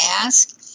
ask